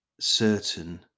certain